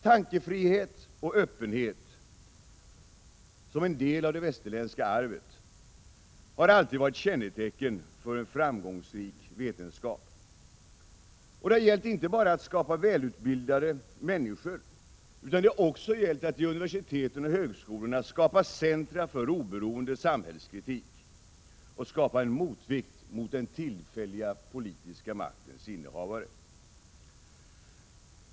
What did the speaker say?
Tankefrihet och öppenhet som en del av det västerländska arvet har alltid varit kännetecken för en framgångsrik vetenskap. Det har gällt att inte bara skapa välutbildade människor, utan det har också gällt att vid universiteten och högskolorna skapa centra för oberoende samhällskritik och skapa en motvikt mot den tillfälliga politiska maktens innehavare.